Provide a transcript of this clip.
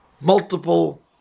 Multiple